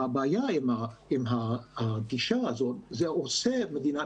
הבעיה עם הגישה הזאת היא שזה עושה את מדינת